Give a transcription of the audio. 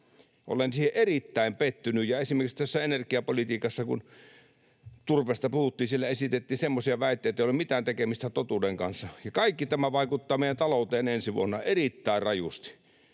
Olen siihen erittäin pettynyt. Ja kun energiapolitiikasta ja turpeesta puhuttiin, siellä esitettiin semmoisia väitteitä, joilla ei ole mitään tekemistä totuuden kanssa. Kaikki tämä vaikuttaa meidän talouteen ensi vuonna erittäin rajusti.